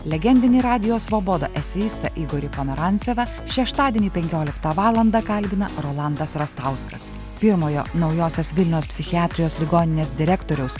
legendinį radijo svoboda eseistą igorį pomerancevą šeštadienį penkioliktą valandą kalbina rolandas rastauskas pirmojo naujosios vilnios psichiatrijos ligoninės direktoriaus